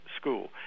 school